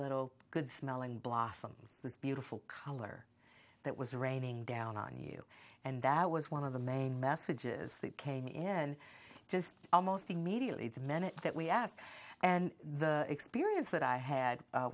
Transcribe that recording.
little good smelling blossoms this beautiful color that was raining down on you and that was one of the main messages that came in just almost immediately the minute that we asked and the experience that i had